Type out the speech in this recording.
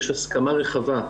יש הסכמה רחבה,